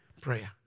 prayer